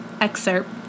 excerpt